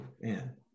man